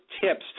tips